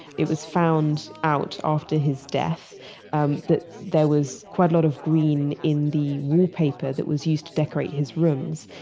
it was found out after his death um that there was quite a lot of green in the wallpaper that was used to decorate his rooms.